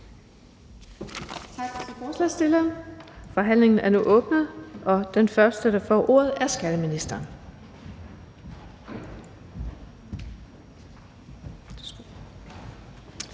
for forslagsstillerne. Forhandlingen er nu åbnet, og den første, der får ordet, er skatteministeren.